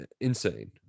insane